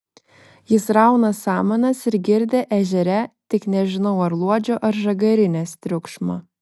jis rauna samanas ir girdi ežere tik nežinau ar luodžio ar žagarinės triukšmą